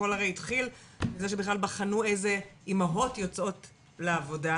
הכל הרי התחיל מזה שבכלל בחנו איזה אימהות יוצאות לעבודה,